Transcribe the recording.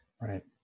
Right